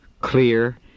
clear